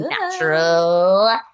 natural